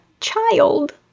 child